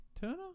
Turner